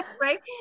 right